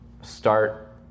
start